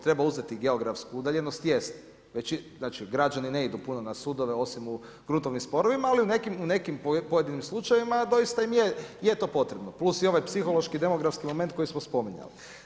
Treba uzeti geografsku udaljenost, jeste, znači građani ne idu puno na sudove osim u gruntovnim sporovima, ali u nekim pojedinim slučajevima doista im je to potrebno, plus i ovaj psihološki demografski moment koji smo spominjali.